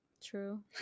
True